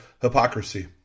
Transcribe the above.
hypocrisy